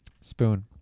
Spoon